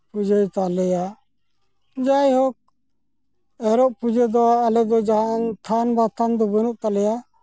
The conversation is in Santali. ᱯᱩᱡᱟᱹᱭ ᱛᱟᱞᱮᱭᱟ ᱡᱟᱭᱦᱳᱠ ᱮᱨᱚᱜ ᱯᱩᱡᱟᱹ ᱫᱚ ᱟᱞᱮ ᱫᱚ ᱡᱟᱦᱟᱸᱱ ᱛᱷᱟᱱᱼᱵᱟᱛᱷᱟᱱ ᱫᱚ ᱵᱟᱹᱱᱩᱜ ᱛᱟᱞᱮᱭᱟ